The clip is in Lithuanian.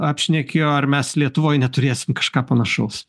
apšnekėjo ar mes lietuvoj neturėsim kažką panašaus